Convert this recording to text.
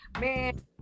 man